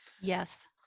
Yes